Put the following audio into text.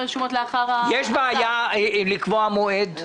יש בעיה לקבוע מועד?